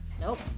Nope